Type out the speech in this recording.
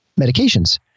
medications